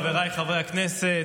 חבריי חברי הכנסת,